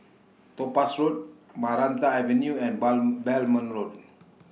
Topaz Road Maranta Avenue and Bang Belmont Road